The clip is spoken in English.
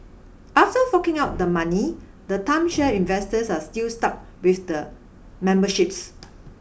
after forking out the money the timeshare investors are still stuck with the memberships